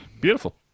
Beautiful